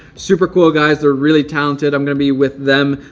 super cool guys. they're really talented. i'm gonna be with them.